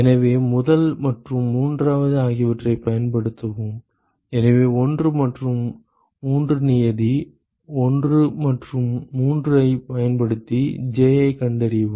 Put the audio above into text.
எனவே முதல் மற்றும் மூன்றாவது ஆகியவற்றைப் பயன்படுத்தவும் எனவே 1 மற்றும் 3 நியதி 1 மற்றும் 3 ஐப் பயன்படுத்தி Ji கண்டறியவும்